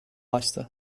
açtı